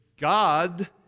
God